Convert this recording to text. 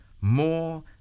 more